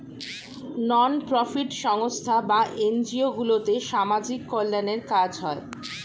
নন profit সংস্থা বা NGO গুলোতে সামাজিক কল্যাণের কাজ হয়